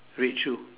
red shoe